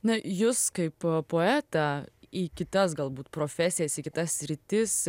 na jus kaip poetą į kitas galbūt profesijas į kitas sritis